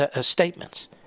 statements